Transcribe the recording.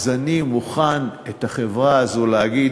אז אני מוכן להגיד: